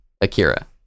Akira